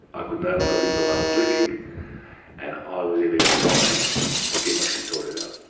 i could no longer live the way i was living and i was either going to die or get my shit sorted out.